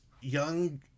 young